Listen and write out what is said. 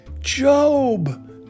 Job